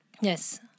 Yes